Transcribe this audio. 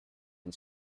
and